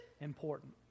important